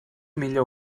millor